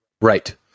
Right